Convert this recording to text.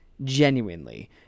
genuinely